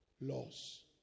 Laws